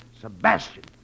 Sebastian